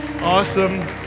Awesome